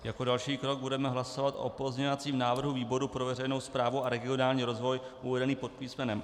Jako další krok budeme hlasovat o pozměňovacím návrhu výboru pro veřejnou správu a regionální rozvoj uvedený pod písm.